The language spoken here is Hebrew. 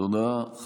תודה.